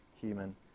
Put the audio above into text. human